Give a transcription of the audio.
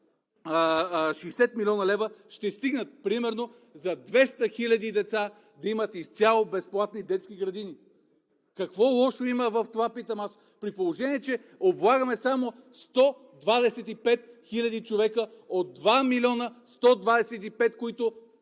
60 млн. лв. ще стигнат примерно 200 хиляди деца да имат изцяло безплатни детски градини. Какво лошо има в това, при положение че облагаме само 125 хиляди човека от 2 милиона и 125 хил.